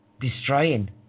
Destroying